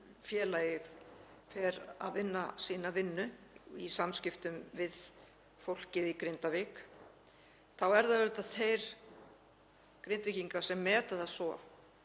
fer að vinna sína vinnu í samskiptum við fólkið í Grindavík þá eru það auðvitað Grindvíkingar sem meta það svo